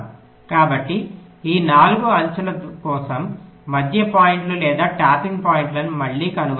కాబట్టి ఈ 4 అంచుల కోసం మధ్య పాయింట్లు లేదా ట్యాపింగ్ పాయింట్లను మళ్ళీ కనుగొనండి